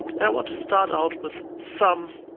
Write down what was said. and i want to start out with some